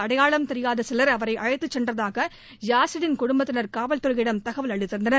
அடையாளம் தெரியாத சிலர் அவரை அழைத்துச் சென்றதாக யாசினின் குடும்பத்தினர் காவல்துறையிடம் தகவல் அளித்திருந்தனர்